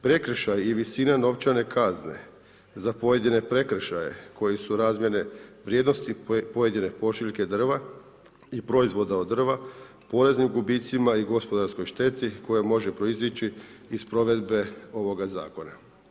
Prekršaji i visina novčane kazne za pojedine prekršaje koji su razmjerne vrijednosti pojedine pošiljke drva i proizvoda od drva poreznim gubicima i gospodarskoj šteti koja može proizići iz provedbe ovoga zakona.